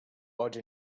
budge